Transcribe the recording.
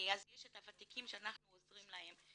אז יש את הוותיקים שאנחנו עוזרים להם.